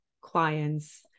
clients